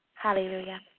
Hallelujah